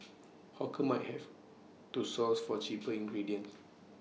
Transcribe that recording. hawkers might have to source for cheaper ingredients